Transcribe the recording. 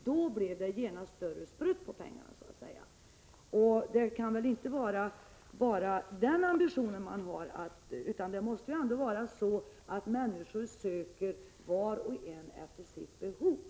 Då blev det genast större sprutt på pengarna, men det kan väl inte vara ambitionen. Det riktiga måste vara att människorna själva ansöker, var och en efter sitt behov.